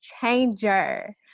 changer